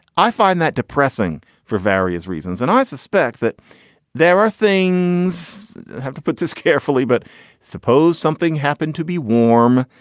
i find that depressing for various reasons. and i suspect that there are things that have to put this carefully. but suppose something happened to be warm.